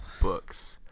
books